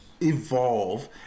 evolve